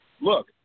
look